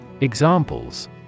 Examples